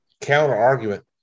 counter-argument